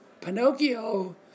Pinocchio